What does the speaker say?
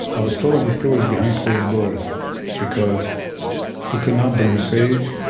i was told these stories behind closed doors because we could not burn sage.